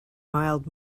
mild